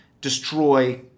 destroy